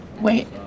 Wait